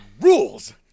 rules